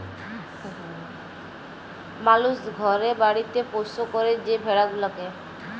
মালুস ঘরে বাড়িতে পৌষ্য ক্যরে যে ভেড়া গুলাকে